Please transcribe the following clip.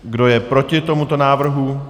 Kdo je proti tomuto návrhu?